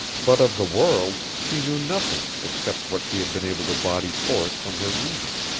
but of the world she knew nothing except what she had been able to body forth from her reading,